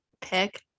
pick